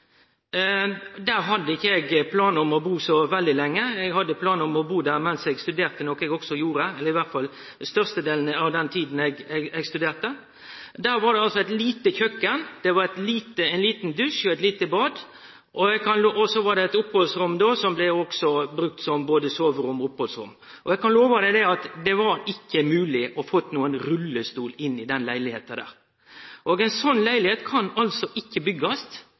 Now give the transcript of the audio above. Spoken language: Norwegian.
Der hadde eg ikkje planar om å bu så veldig lenge, eg hadde planar om å bu der mens eg studerte, noko eg òg gjorde, i alle fall størstedelen av den tida eg studerte. Der var det eit lite kjøkken, det var ein liten dusj og eit lite bad, og så var det eit opphaldsrom som blei brukt som både soverom og opphaldsrom. Eg kan love at det ikkje var mogleg å få nokon rullestol inn i den leilegheita. Ei slik leilegheit kan ikkje byggjast lenger på grunn av at ein stiller desse krava til universell utforming i alle leilegheiter. Ein har ikkje